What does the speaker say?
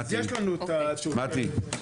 מטי, מטי.